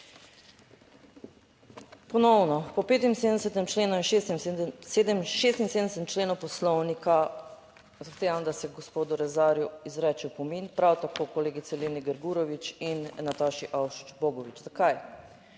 členu in 76. členu Poslovnika zahtevam, da se gospodu Rezarju izreče opomin, prav tako kolegici Leni Grgurevič in Nataši Avšič Bogovič. Zakaj?